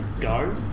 go